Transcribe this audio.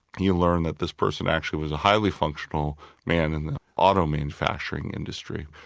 you learn that this person actually was a highly functional man in the auto manufacturing industry,